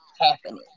happening